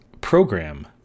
program